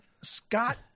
Scott